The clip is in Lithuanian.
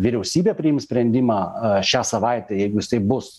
vyriausybė priims sprendimą šią savaitę jeigu jisai bus